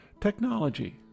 Technology